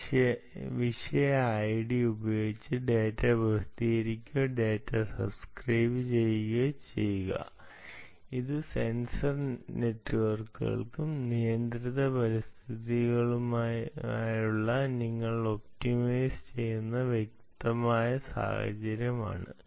വിഷയ ഐഡി ഉപയോഗിച്ച് ഡാറ്റ പ്രസിദ്ധീകരിക്കുകയോ ഡാറ്റ സബ്സ്ക്രൈബുചെയ്യുകയോ ചെയ്യുക ഇത് സെൻസർ നെറ്റ്വർക്കുകൾക്കും നിയന്ത്രിത പരിതസ്ഥിതികൾക്കുമായി നിങ്ങൾ ഒപ്റ്റിമൈസ് ചെയ്യുന്ന വ്യക്തമായ സാഹചര്യമാണ്